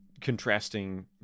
contrasting